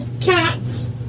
cats